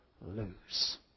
lose